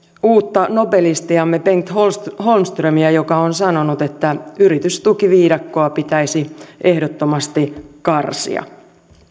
uutta nobelistiamme bengt holmströmiä holmströmiä joka on sanonut että yritystukiviidakkoa pitäisi ehdottomasti karsia